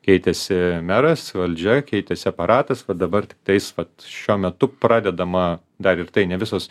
keitėsi meras valdžia keitėsi aparatas va dabar tiktais vat šiuo metu pradedama dar ir tai ne visos